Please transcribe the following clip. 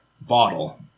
Bottle